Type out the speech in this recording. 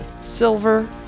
silver